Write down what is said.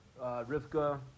Rivka